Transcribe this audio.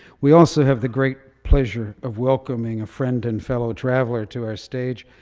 we also have the great pleasure of welcoming a friend and fellow traveler to our stage.